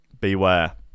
Beware